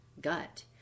gut